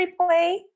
replay